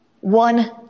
one